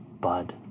bud